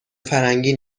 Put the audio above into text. فرنگی